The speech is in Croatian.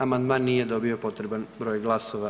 Amandman nije dobio potreban broj glasova.